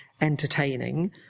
entertaining